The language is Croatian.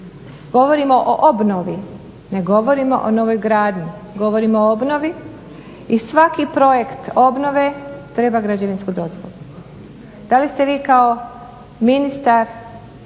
Govorimo o obnovi, ne govorimo o novoj gradnji, govorimo o obnovi i svaki projekt obnove treba građevinsku dozvolu. Da li ste vi kao ministar